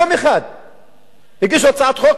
יום אחד הגישו הצעת חוק,